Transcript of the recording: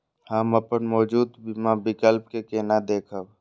हम अपन मौजूद बीमा विकल्प के केना देखब?